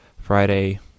Friday